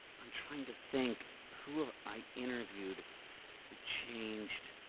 i'm trying to think who have i interviewed who changed